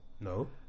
No